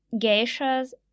geishas